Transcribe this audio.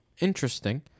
interesting